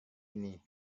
ini